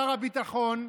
שר הביטחון,